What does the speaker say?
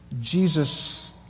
Jesus